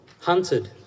Hunted